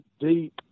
deep